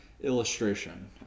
illustration